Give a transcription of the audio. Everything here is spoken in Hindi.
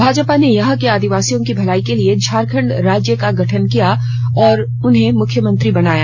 भाजपा ने यहां के आदिवासियों की भलाई के लिए झारखंड राज्य का गठन किया और उन्हें मुख्यमंत्री बनाया